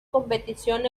competición